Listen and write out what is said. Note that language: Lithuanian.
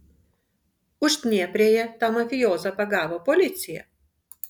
uždnieprėje tą mafijozą pagavo policija